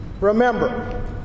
Remember